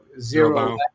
zero